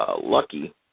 Lucky